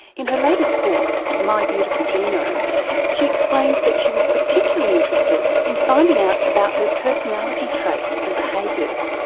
in her latest book my beautiful genome she explains that she was particularly interested in finding out about her personality traits and behaviours.